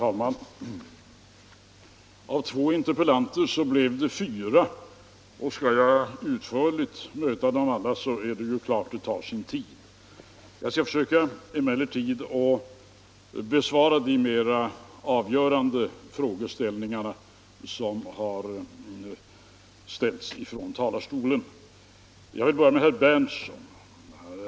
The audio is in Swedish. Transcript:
Herr talman! Av två interpellanter blev det fyra, och skall jag utförligt bemöta dem alla tar det naturligtvis sin tid. Jag skall emellertid försöka besvara de mera avgörande frågeställningar som har rests från talarstolen. Jag vill börja med herr Berndtson.